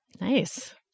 Nice